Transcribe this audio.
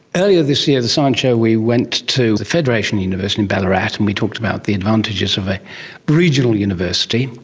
earlier this year in the science show we went to the federation university in ballarat and we talked about the advantages of a regional university,